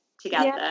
together